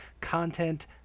content